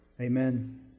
Amen